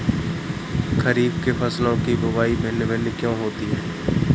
खरीफ के फसलों की बुवाई भिन्न भिन्न क्यों होती है?